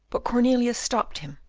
but cornelius stopped him,